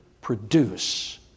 produce